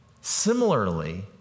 Similarly